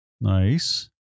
Nice